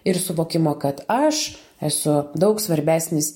ir suvokimo kad aš esu daug svarbesnis